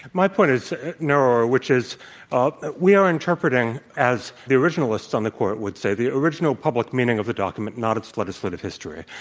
my point is narrower, which is ah we are interpreting it as the originalists on the court would say the original public meaning of the document, not its legislative history.